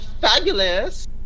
fabulous